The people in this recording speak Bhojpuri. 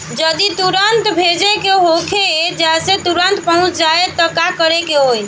जदि तुरन्त भेजे के होखे जैसे तुरंत पहुँच जाए त का करे के होई?